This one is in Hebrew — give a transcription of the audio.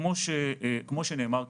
כמו שנאמר כאן,